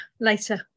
later